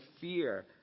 fear